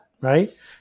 right